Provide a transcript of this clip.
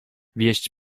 wieść